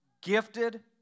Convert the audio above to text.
gifted